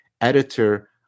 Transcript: editor